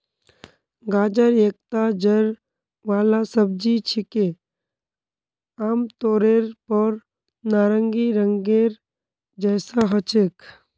गाजर एकता जड़ वाला सब्जी छिके, आमतौरेर पर नारंगी रंगेर जैसा ह छेक